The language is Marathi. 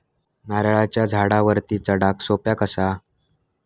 नारळाच्या झाडावरती चडाक सोप्या कसा?